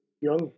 young